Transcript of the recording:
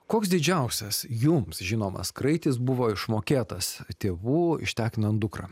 koks didžiausias jums žinomas kraitis buvo išmokėtas tėvų ištekinant dukrą